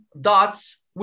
dots